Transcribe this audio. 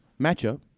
matchup